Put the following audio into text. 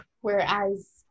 whereas